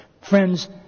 Friends